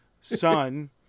son